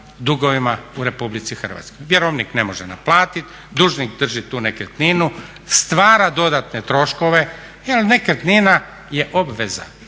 dugovima u RH. Vjerovnik ne može naplatiti, dužnik drži tu nekretninu, stvara dodatne troškove jer nekretnina je obveza,